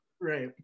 right